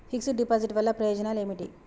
Fix డ్ deposit వల్ల ప్రయోజనాలు ఏమిటి?